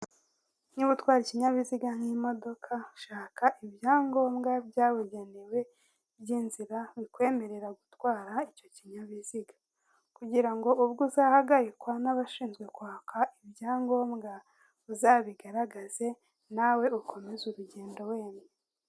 Niba utwara ikinyabiziga nk' imodoka shaka ibyangombwa byabugenewe by' inzira bikwemerera gutwara icyo kinyabiziga kugira ngo ubwo uzahagarikwa n' abashinzwe kwaka ibyangombwa uzabigaragaze nawe ukomeze urugendo wemye.